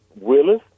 Willis